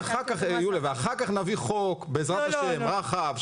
ואחר כך נביא חוק, בעזרת השם, רחב.